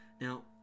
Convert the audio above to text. Now